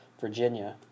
Virginia